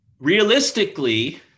Realistically